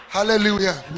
Hallelujah